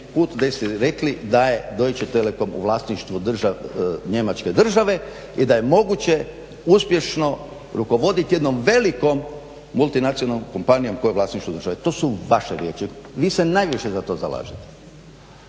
put gdje ste rekli da je Deutsche Telekom u vlasništvu Njemačke države i da je moguće uspješno rukovodit jednom velikom multinacionalnom kompanijom koja je u vlasništvu države. To su vaše riječi, vi se najviše za to zalažete.